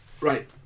right